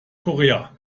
korea